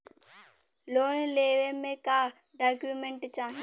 Loan लेवे मे का डॉक्यूमेंट चाही?